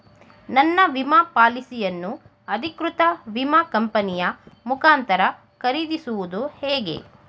ನನ್ನ ವಿಮಾ ಪಾಲಿಸಿಯನ್ನು ಅಧಿಕೃತ ವಿಮಾ ಕಂಪನಿಯ ಮುಖಾಂತರ ಖರೀದಿಸುವುದು ಹೇಗೆ?